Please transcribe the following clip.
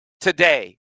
today